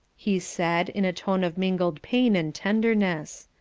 he said, in a tone of mingled pain and tenderness,